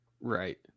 Right